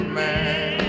man